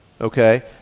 okay